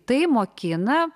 tai mokina